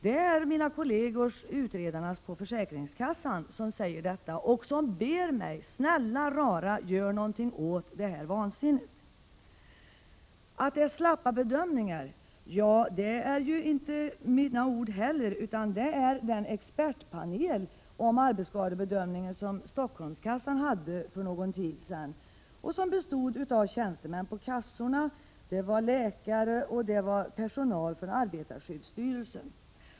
Det är mina. = du dd kollegor, utredarna på försäkringskassan, som säger detta, och som ber mig: Snälla rara gör något åt detta vansinne. Att det görs slappa bedömningar är inte mina ord heller. De kommer från den expertpanel om arbetsskadebedömningen som för någon tid sedan ställde upp på Stockholmskassan. Den bestod av tjänstemän på kassorna, läkare, och personal från arbetarskyddsstyrelsen.